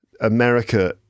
America